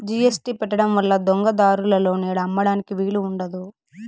GST పెట్టడం వల్ల దొంగ దారులలో నేడు అమ్మడానికి వీలు ఉండదు